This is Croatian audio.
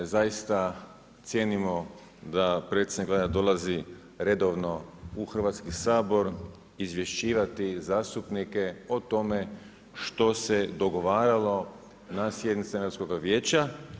Zaista cijenimo da predsjednik Vlade dolazi redovno u Hrvatski sabor izvješćivati zastupnike o tome što se dogovaralo na sjednicama Europskoga vijeća.